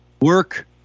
work